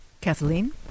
Kathleen